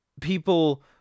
people